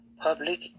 public